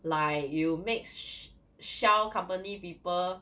like you mix Shell company people